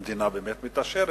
המדינה באמת מתעשרת,